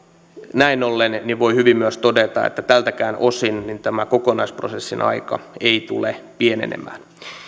näin ollen voi hyvin myös todeta että tältäkään osin tämä kokonaisprosessin aika ei tule pienenemään